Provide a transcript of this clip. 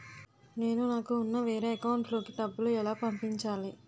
నేను నాకు ఉన్న వేరే అకౌంట్ లో కి డబ్బులు ఎలా పంపించాలి?